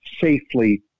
safely